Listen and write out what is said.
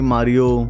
Mario